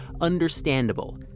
understandable